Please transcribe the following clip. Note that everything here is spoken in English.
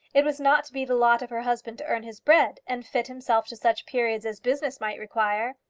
it was not to be the lot of her husband to earn his bread, and fit himself to such periods as business might require.